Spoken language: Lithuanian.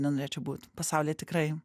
nenorėčiau būt pasaulyje tikrai